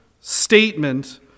statement